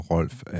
Rolf